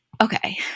Okay